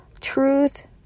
truth